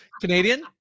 Canadian